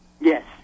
Yes